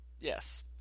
Yes